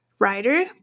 writer